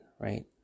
right